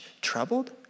troubled